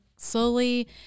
slowly